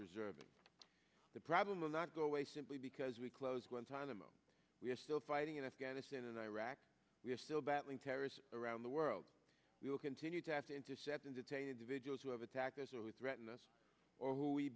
preserving the problem will not go away simply because we close guantanamo we are still fighting in afghanistan and iraq we are still battling terrorists around the world we will continue to have to intercept and detain individuals who have attackers or with threaten us or who we